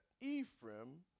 Ephraim